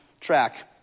track